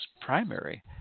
primary